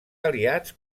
aliats